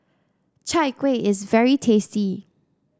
Chai Kueh is very tasty